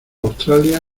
australia